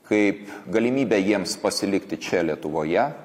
kaip galimybę jiems pasilikti čia lietuvoje